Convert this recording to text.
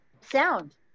Sound